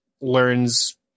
learns